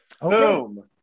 Boom